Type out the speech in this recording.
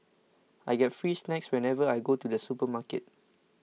I get free snacks whenever I go to the supermarket